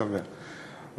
החבר,